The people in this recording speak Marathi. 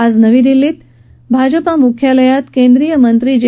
आज नई दिल्लीत भाजपा मुख्यालयात केंद्रीय मंत्री जे